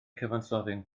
cyfansoddyn